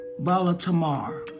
Balatamar